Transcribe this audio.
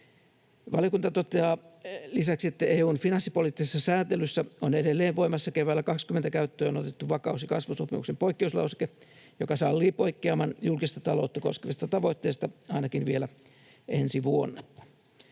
Valiokunta toteaa lisäksi, että EU:n finanssipoliittisessa säätelyssä on edelleen voimassa keväällä 20 käyttöön otettu vakaus‑ ja kasvusopimuksen poikkeuslauseke, joka sallii poikkeaman julkista taloutta koskevista tavoitteista ainakin vielä ensi vuonna.